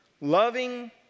loving